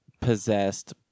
possessed